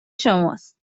شماست